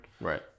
right